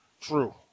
true